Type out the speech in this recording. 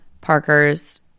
Parker's